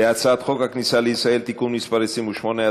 להצעת חוק הכניסה לישראל (תיקון מס' 28),